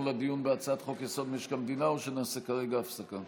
אתה מבקש שנעבור לדיון בהצעת חוק-יסוד: משק המדינה או שנעשה כרגע הפסקה?